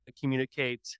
communicate